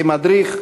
כמדריך,